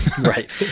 Right